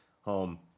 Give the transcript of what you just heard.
home